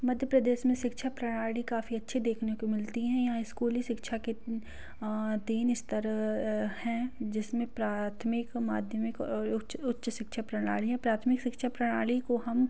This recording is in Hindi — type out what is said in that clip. मध्य प्रदेश में शिक्षा प्रणाली काफ़ी अच्छी देखने को मिलती हैं यहाँ इस्कूली शिक्षा के तीन स्तर हैं जिसमें प्राथमिक माध्यमिक और उच्च उच्च शिक्षा प्रणाली है प्राथमिक शिक्षा प्रणाली को हम